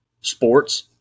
sports